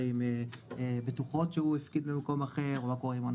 עם בטוחות שהוא הפקיד במקום אחר או מה קורה עם הון